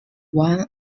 one